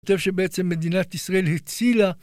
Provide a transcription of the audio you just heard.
אני חושב שבעצם מדינת ישראל הצילה